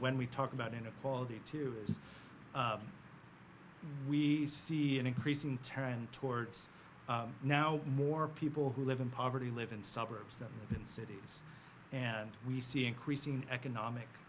when we talk about inequality too is we see an increasing turn towards now more people who live in poverty live in suburbs them in cities and we see increasing economic